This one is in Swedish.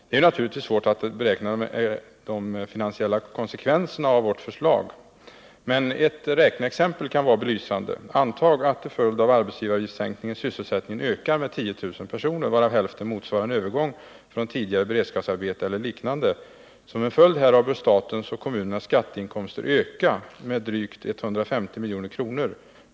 Det är naturligtvis svårt att beräkna de finansiella konsekvenserna av vårt förslag, men ett räkneexempel kan vara belysande. Anta att arbetsgivaravgiftssänkningen får till följd att sysselsättningen ökar med 10 000 personer, varav hälften motsvarar en övergång från tidigare beredskapsarbeten eller liknande. Som en följd härav bör statens och kommunernas skatteinkomster öka med drygt 150 milj.kr.